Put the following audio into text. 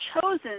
chosen